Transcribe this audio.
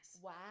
Wow